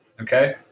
okay